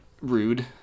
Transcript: rude